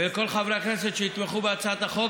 לכל חברי הכנסת שיתמכו בהצעת החוק